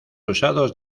usados